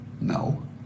No